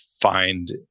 find